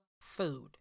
Food